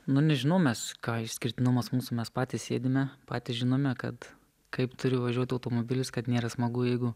nu nežinau mes ką išskirtinumas mūsų mes patys sėdime patys žinome kad kaip turi važiuoti automobilis kad nėra smagu jeigu